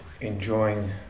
enjoying